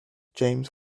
james